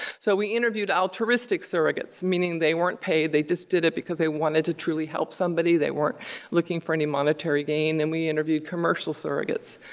so, we interviewed altruistic surrogates, meaning they weren't paid, they just did it because they wanted to truly help somebody. they weren't looking for any monetary gain. then we interviewed commercial surrogates,